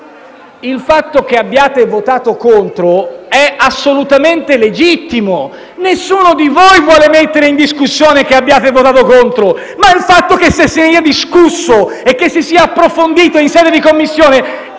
Il fatto che abbiate votato contro è assolutamente legittimo. Nessuno di noi vuole mettere in discussione che abbiate votato contro. Ma il fatto che se ne sia discusso e che sia stato approfondito in sede di Commissione